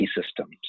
systems